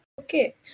Okay